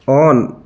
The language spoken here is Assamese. অন